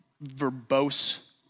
verbose